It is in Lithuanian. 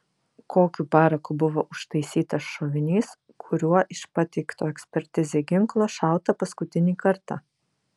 kokiu paraku buvo užtaisytas šovinys kuriuo iš pateikto ekspertizei ginklo šauta paskutinį kartą